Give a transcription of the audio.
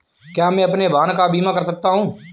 क्या मैं अपने वाहन का बीमा कर सकता हूँ?